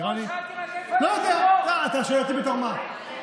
נראה לי, לא, רק שאלתי איפה היושב-ראש.